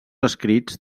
escrits